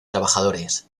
trabajadores